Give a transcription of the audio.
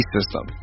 System